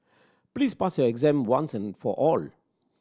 please pass your exam once and for all